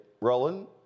Roland